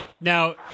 Now